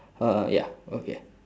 uh ya okay